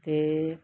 'ਤੇ